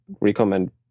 recommend